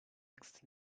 eggs